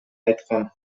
айткан